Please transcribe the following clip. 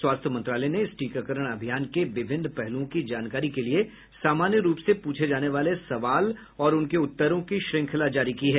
स्वास्थ्य मंत्रालय ने इस टीकाकरण अभियान के विभिन्न पहलुओं की जानकारी के लिए सामान्य रूप से पूछे जाने वाले सवाल और उनके उत्तरों की श्रृंखला जारी की है